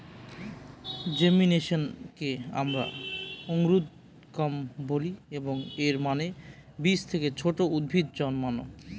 জেমিনেশনকে আমরা অঙ্কুরোদ্গম বলি, এবং এর মানে বীজ থেকে ছোট উদ্ভিদ জন্মানো